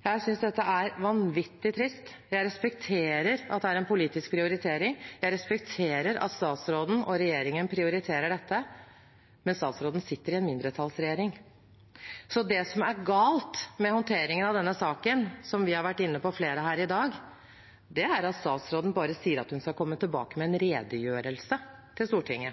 Jeg synes dette er vanvittig trist. Jeg respekterer at det er en politisk prioritering. Jeg respekterer at statsråden og regjeringen prioriterer dette. Men statsråden sitter i en mindretallsregjering, så det som er galt med håndteringen av denne saken, som flere av oss her i dag har vært inne på, er at statsråden bare sier at hun skal komme tilbake med en redegjørelse til Stortinget.